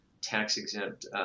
tax-exempt